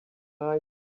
like